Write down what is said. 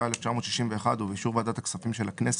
התשכ"א-1961 ובאישור ועדת הכספים של הכנסת,